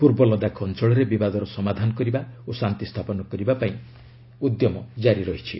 ପୂର୍ବ ଲଦାଖ ଅଞ୍ଚଳରେ ବିବାଦର ସମାଧାନ କରିବା ଓ ଶାନ୍ତି ସ୍ଥାପନ କରିବା ପାଇଁ ଉଦ୍ୟମ ଜାରି ରହିଛି